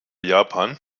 japan